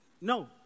No